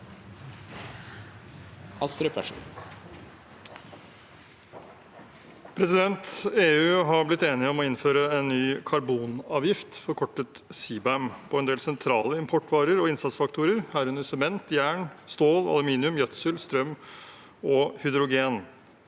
EU har blitt enig om å innføre en ny karbonavgift, forkortet CBAM, på en del sentrale importvarer og innsatsfaktorer, herunder sement, jern, stål, aluminium, gjødsel, strøm og hydrogen.